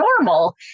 normal